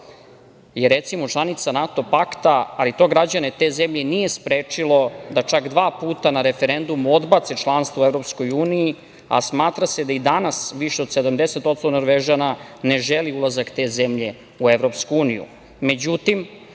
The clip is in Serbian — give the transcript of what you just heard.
je, recimo, članica NATO pakta, ali to građane te zemlje nije sprečilo da čak dva puta na referendumu odbace članstvo u EU, a smatra se da i danas više od 70% Norvežana ne želi ulazak te zemlje u